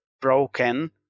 broken